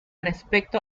respecto